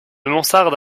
mansarde